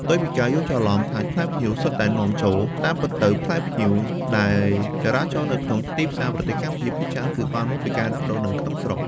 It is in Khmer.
ផ្ទុយពីការយល់ច្រឡំថាផ្លែផ្ញៀវសុទ្ធតែនាំចូល តាមពិតទៅផ្លែផ្ញៀវដែលចរាចរណ៍នៅក្នុងទីផ្សារប្រទេសកម្ពុជាភាគច្រើនគឺបានមកពីការដាំដុះនៅក្នុងស្រុក។